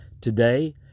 Today